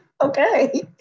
Okay